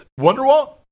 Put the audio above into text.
Wonderwall